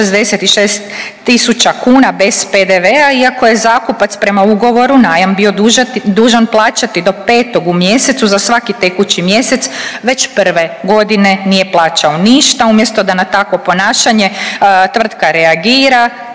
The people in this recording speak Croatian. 66.000 kuna bez PDV-a iako je zakupac prema ugovoru najam bio dužan plaćati do 5. u mjesecu za svaki tekući mjesec, već prve godine nije plaćao ništa. Umjesto da na tako ponašanje tvrtka reagira